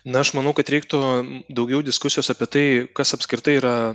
na aš manau kad reiktų daugiau diskusijos apie tai kas apskritai yra